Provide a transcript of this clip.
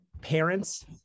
parents